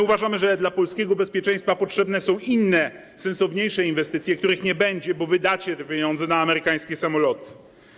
Uważamy, że dla polskiego bezpieczeństwa potrzebne są inne, sensowniejsze inwestycje, których nie będzie, bo wydacie te pieniądze na amerykańskie samoloty.